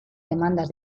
demandas